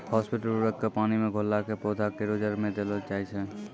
phosphate उर्वरक क पानी मे घोली कॅ पौधा केरो जड़ में देलो जाय छै